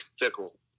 Fickle